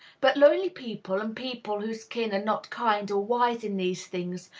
but lonely people, and people whose kin are not kind or wise in these things,